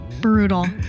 Brutal